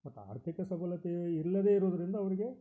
but ಆರ್ಥಿಕ ಸಬಲತೇ ಇಲ್ಲದೇ ಇರುವುದರಿಂದ ಅವರಿಗೆ